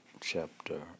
chapter